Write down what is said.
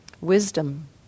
wisdom